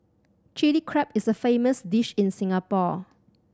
Chilli Crab is a famous dish in Singapore